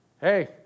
Hey